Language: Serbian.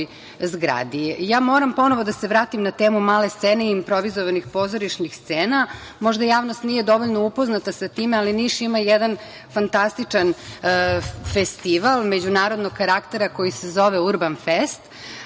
zgradi. Moram ponovo da se vratim na temu male scene i improvizovanih pozorišnih scena. Možda javnost nije dovoljno upoznata sa time, ali Niš ima jedan fantastičan festival međunarodnog karaktera koji se zove Urban fest.